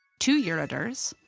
two ureters,